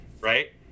right